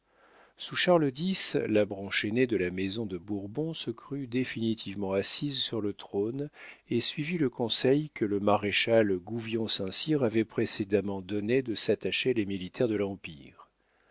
sous charles x la branche aînée de la maison de bourbon se crut définitivement assise sur le trône et suivit le conseil que le maréchal gouvion saint cyr avait précédemment donné de s'attacher les militaires de l'empire